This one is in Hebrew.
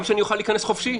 גם שאני אוכל להיכנס חופשי?